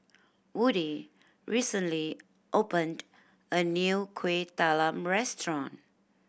Woody recently opened a new Kuih Talam restaurant